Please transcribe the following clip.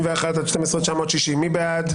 12,881 עד 12,900, מי בעד?